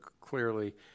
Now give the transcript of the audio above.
clearly